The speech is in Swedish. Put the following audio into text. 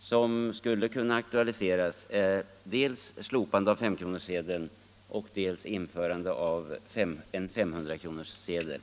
som skulle kunna aktualiseras är dels slopande av S-kronorssedeln, dels införande av en 500-kronorssedel.